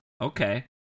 Okay